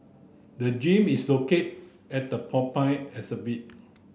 the gym is located at the Porcupine exhibit